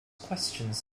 questions